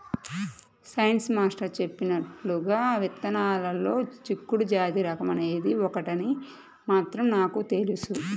science master చెప్పినట్లుగా విత్తనాల్లో చిక్కుడు జాతి రకం అనేది ఒకటని మాత్రం నాకు తెలుసు